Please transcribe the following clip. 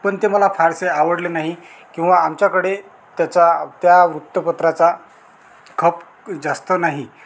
पण ते मला फारसे आवडले नाही किंवा आमच्याकडे त्याच्या त्या वृत्तपत्राचा खप जास्त नाही